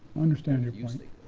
understand your